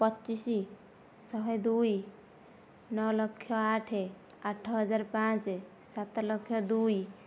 ପଚିଶ ଶହେ ଦୁଇ ନଅ ଲକ୍ଷ ଆଠ ଆଠ ହଜାର ପାଞ୍ଚ ସାତ ଲକ୍ଷ ଦୁଇ